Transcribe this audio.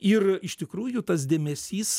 ir iš tikrųjų tas dėmesys